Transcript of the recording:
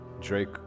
Drake